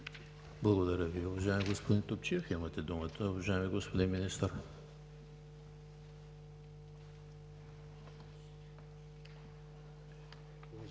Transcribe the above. Благодаря Ви, уважаеми господин Топчиев. Имате думата, уважаеми господин Министър.